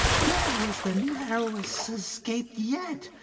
that was the narrowest escape yet!